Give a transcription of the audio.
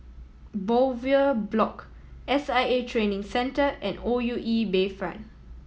Bowyer Block S I A Training Centre and O U E Bayfront